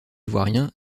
ivoirien